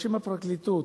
בשם הפרקליטות,